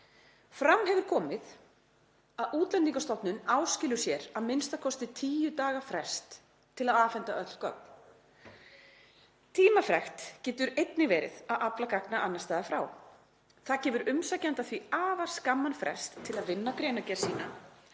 Fram hefur komið að Útlendingastofnun áskilur sér a.m.k. 10 daga frest til að afhenda öll gögn. Tímafrekt getur einnig verið að afla gagna annars staðar frá. Það gefur umsækjanda því afar skamman frest til að vinna greinargerð sína,